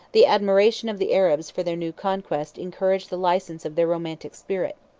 the admiration of the arabs for their new conquest encouraged the license of their romantic spirit.